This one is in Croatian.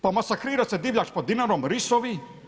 Pa masakrira se divljač po Dinari risovi.